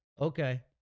okay